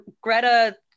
Greta